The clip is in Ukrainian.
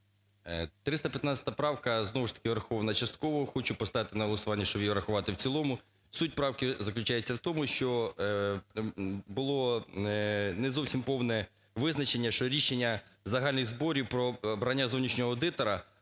315 правка, знову ж таки, врахована частково. Хочу поставити на голосування, щоб її врахувати в цілому. Суть правки заключається в тому, що було не зовсім повне визначення, що рішення загальних зборів про обрання зовнішнього аудитора,